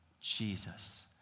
Jesus